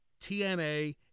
TNA